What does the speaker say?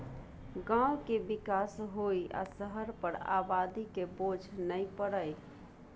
गांव के विकास होइ आ शहर पर आबादी के बोझ नइ परइ